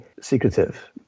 secretive